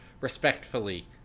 respectfully